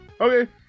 okay